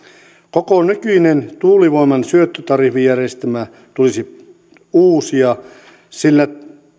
koko nykyinen tuulivoiman syöttötariffijärjestelmä tulisi uusia sillä